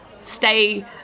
stay